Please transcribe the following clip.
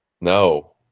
No